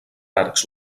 arcs